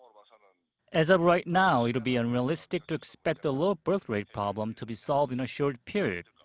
um um as of right now, it would be unrealistic to expect the low birth rate problem to be solved in a short period.